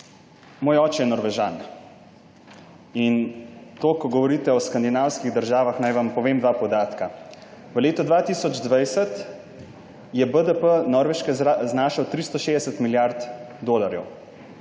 Moj oče je Norvežan in ko govorite o skandinavskih državah, naj vam povem dva podatka. V letu 2020 je BDP Norveške znašal 360 milijard dolarjev.